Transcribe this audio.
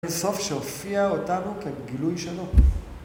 בסוף שהופיע אותנו כגילוי שלו.